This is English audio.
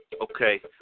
Okay